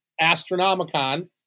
Astronomicon